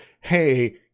hey